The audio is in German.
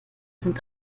sind